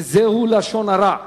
וזהו לשון הרע.